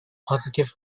positive